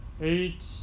Eight